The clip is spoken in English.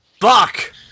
Fuck